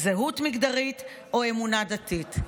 זהות מגדרית או אמונה דתית.